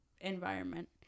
environment